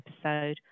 episode